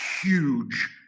huge